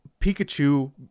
Pikachu